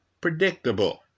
predictable